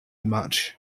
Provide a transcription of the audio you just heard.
much